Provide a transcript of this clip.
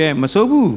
masobu